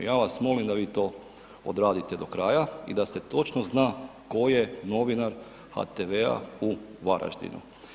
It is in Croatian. Ja vas molim da vi to odradite do kraja i da se točno zna ko je novinar HTV-a u Varaždinu.